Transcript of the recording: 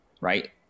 right